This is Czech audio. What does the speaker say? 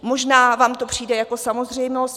Možná vám to přijde jako samozřejmost.